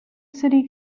city